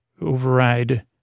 override